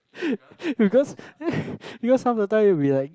because because half the time you will be like